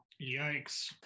yikes